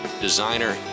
designer